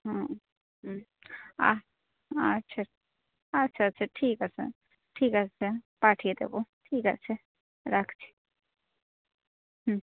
হুম হুম আচ্ছা আচ্ছা আচ্ছা ঠিক আছে ঠিক আছে পাঠিয়ে দেব ঠিক আছে রাখছি হুম